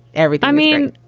every i mean